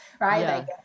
Right